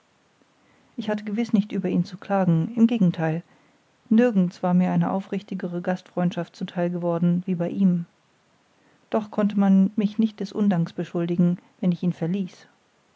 ich hatte gewiß nicht über ihn zu klagen im gegentheil nirgends war mir eine aufrichtigere gastfreundschaft zu theil geworden wie bei ihm doch konnte man mich nicht des undanks beschuldigen wenn ich ihn verließ